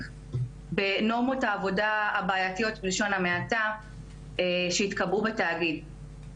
בנורמות העבודה הבעייתיות בלשון המעטה שהתקבעו בתאגיד.